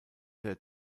der